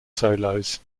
solos